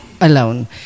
alone